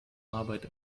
arbeit